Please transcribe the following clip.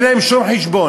אין להם שום חשבון.